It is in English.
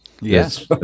Yes